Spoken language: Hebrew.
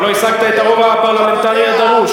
אבל לא השגת את הרוב הפרלמנטרי הדרוש.